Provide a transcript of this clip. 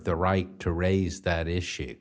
the right to raise that issue